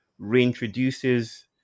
reintroduces